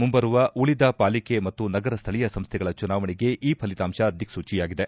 ಮುಂಬರುವ ಉಳಿದ ಪಾಲಿಕೆ ಮತ್ತು ನಗರ ಸ್ವಳೀಯ ಸಂಸ್ವೆಗಳ ಚುನಾವಣೆಗೆ ಈ ಫಲಿತಾಂಶ ದಿಕ್ಲೂಚಿಯಾಗಿದೆ